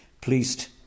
pleased